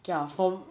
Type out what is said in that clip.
okay lah from